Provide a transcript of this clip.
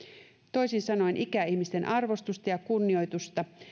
toisin sanoen ikäihmisten arvostusta ja kunnioitusta